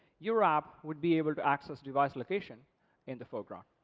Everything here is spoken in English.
your app would be able to access device location in the foreground.